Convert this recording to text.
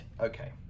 Okay